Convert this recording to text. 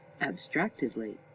abstractedly